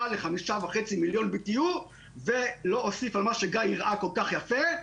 ל-5.5 מיליון BTU. לא אוסיף על מה שגיא הראה כל כך יפה.